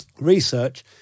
Research